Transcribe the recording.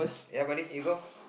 ya buddy you go